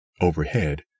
Overhead